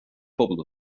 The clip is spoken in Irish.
phobal